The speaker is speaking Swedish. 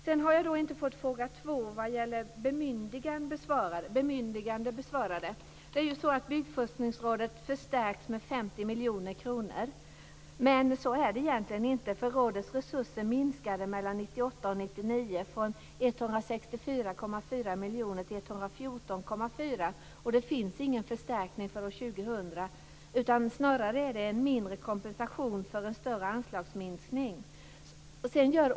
Vidare har jag inte fått fråga två som gäller bemyndiganden besvarad. Byggforskningsrådet förstärks med 50 miljoner kronor. Men så är det egentligen inte, för rådets resurser minskade mellan 1998 och 1999 från 164,4 miljoner till 114,4, och det finns ingen förstärkning för år 2000. Snarare är det en mindre kompensation för en större anslagsminskning.